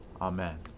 Amen